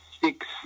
six